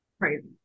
crazy